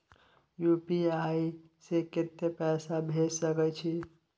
UPI से कत्ते पैसा भेज सके छियै?